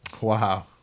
Wow